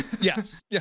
Yes